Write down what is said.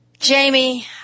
Jamie